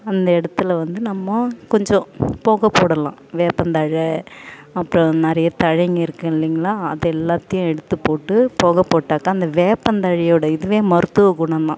அந்த இடத்துல வந்து நம்ம கொஞ்சம் புகை போடலாம் வேப்பந்தழை அப்புறம் நிறைய தழைங்கள் இருக்குது இல்லைங்களா அது எல்லாத்தையும் எடுத்து போட்டு புகை போட்டாக்கால் அந்த வேப்பந்தழையோட இதுவே மருத்துவ குணம்தான்